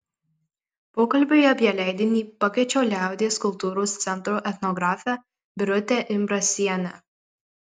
pokalbiui apie leidinį pakviečiau liaudies kultūros centro etnografę birutę imbrasienę